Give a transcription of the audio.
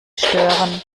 stören